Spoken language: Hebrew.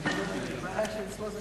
רבותי, הודעתו של יושב-ראש ועדת הכספים